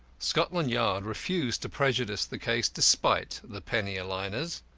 scotland yard refused to prejudice the case despite the penny-a-liners.